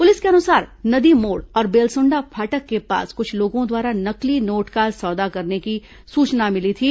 police के अनुसार नदी मोड़ और बेलसोंडा फाटक के पास कुछ लोगों द्वारा नकली नोट का सौदा करने की सूचना मिली थी